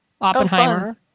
Oppenheimer